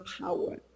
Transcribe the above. power